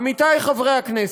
עמיתי חברי הכנסת,